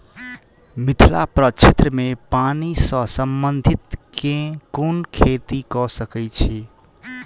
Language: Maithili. मिथिला प्रक्षेत्र मे पानि सऽ संबंधित केँ कुन खेती कऽ सकै छी?